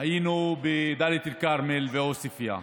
היינו בדאלית אל-כרמל ועוספיא.